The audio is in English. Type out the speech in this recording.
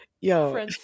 yo